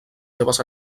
seves